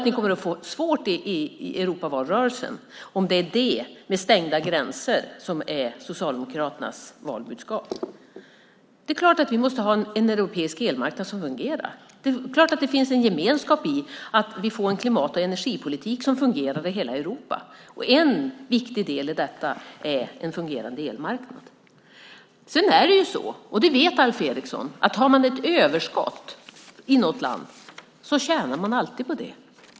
Ni kommer att få det svårt i EU-valrörelsen om stängda gränser är Socialdemokraternas valbudskap. Det är klart att vi måste ha en europeisk elmarknad som fungerar. Det är klart att det finns en gemenskap i att vi får en klimat och energipolitik som fungerar i hela Europa. En viktig del i detta är en fungerande elmarknad. Alf Eriksson vet att om man har ett överskott tjänar man alltid på det.